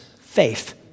faith